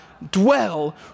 Dwell